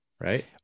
right